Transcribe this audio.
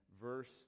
verse